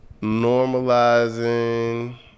normalizing